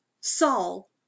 Saul